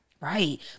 Right